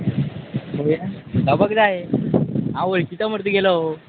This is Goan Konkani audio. जावपाक जाय हांव वळखीचो मरे तुगेलो